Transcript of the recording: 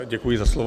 Děkuji za slovo.